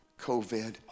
COVID